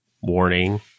warning